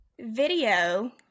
video